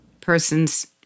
person's